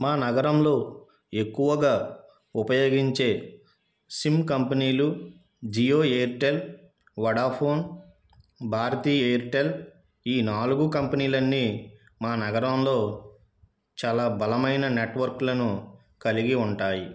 మా నగరంలో ఎక్కువగా ఉపయోగించే సిమ్ కంపెనీలు జియో ఎయిర్టెల్ వొడాఫోన్ భారతీయ ఎయిర్టెల్ ఈ నాలుగు కంపెనీలన్నీ మా నగరంలో చాలా బలమైన నెట్వర్క్లను కలిగి ఉంటాయి